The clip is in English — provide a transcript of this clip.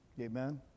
amen